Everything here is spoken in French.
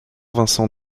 vincent